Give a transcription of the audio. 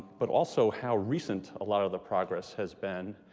but also how recent a lot of the progress has been,